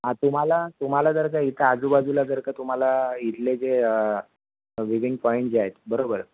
तुम्हाला तुम्हाला जर काही इथं आजूबाजूला जर का तुम्हाला इथले जे व्हिविंग पॉईंट जे आहेत बरोबर